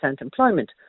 employment